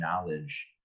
knowledge